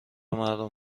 مردم